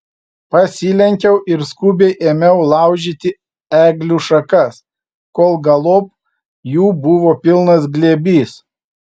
pasilenkiau ir skubiai ėmiau laužyti eglių šakas kol galop jų buvo pilnas glėbys